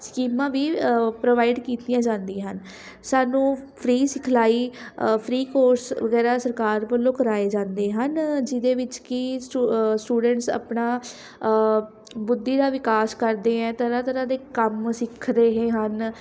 ਸਕੀਮਾਂ ਵੀ ਪ੍ਰੋਵਾਈਡ ਕੀਤੀਆਂ ਜਾਂਦੀਆਂ ਹਨ ਸਾਨੂੰ ਫ੍ਰੀ ਸਿਖਲਾਈ ਫ੍ਰੀ ਕੋਰਸ ਵਗੈਰਾ ਸਰਕਾਰ ਵੱਲੋਂ ਕਰਵਾਏ ਜਾਂਦੇ ਹਨ ਜਿਹਦੇ ਵਿੱਚ ਕਿ ਸਟੂ ਸਟੂਡੈਂਟਸ ਆਪਣਾ ਬੁੱਧੀ ਦਾ ਵਿਕਾਸ ਕਰਦੇ ਹੈ ਤਰ੍ਹਾਂ ਤਰ੍ਹਾਂ ਦੇ ਕੰਮ ਸਿੱਖ ਰਹੇ ਹਨ